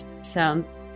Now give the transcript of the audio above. sound